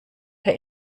per